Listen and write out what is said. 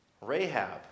Rahab